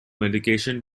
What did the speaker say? medication